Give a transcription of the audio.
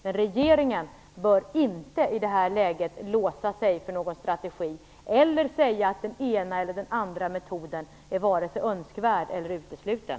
Men regeringen bör inte i det här läget låsa sig för någon strategi eller säga att den ena eller den andra metoden är vare sig önskvärd eller utesluten.